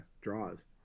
draws